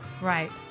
Right